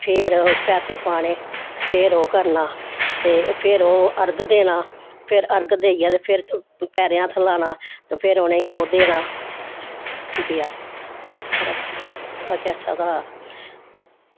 फिर पैसे पाने फिर ओह् करना ते फिर ओह् अर्ग देना फिर अरग देइयै ते फिर पैरें हत्थ लाना ते फिर उ'नेंगी ओह् देना बेआ खरै ओह् कैसे दा